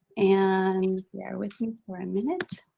and bear with me for a minute.